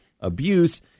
abuse